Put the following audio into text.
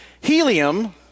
Helium